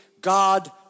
God